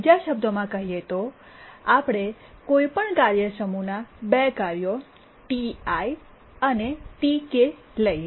બીજા શબ્દોમાં કહીએ તો આપણે કોઈપણ કાર્ય સમૂહ ના બે કાર્યો Ti ટીઆઈ અને Tk ટીકે લઈએ